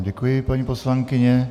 Děkuji vám, paní poslankyně.